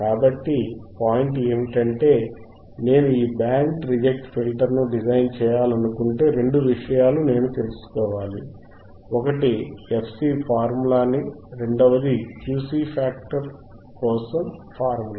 కాబట్టి పాయింట్ ఏమిటంటే నేను ఈ బ్యాండ్ రిజెక్ట్ ఫిల్టర్ను డిజైన్ చేయాలనుకుంటే రెండు విషయాలు నేను తెలుసుకోవాలి ఒకటి fC ఫార్ములాసి రెండవది Q ఫ్యాక్టర్ కోసం ఫార్ములా